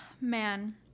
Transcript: man